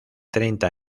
treinta